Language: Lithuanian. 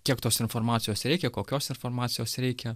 kiek tos informacijos reikia kokios informacijos reikia